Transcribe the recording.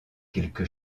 quelque